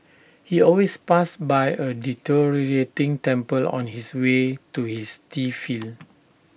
he always passed by A deteriorating temple on his way to his tea field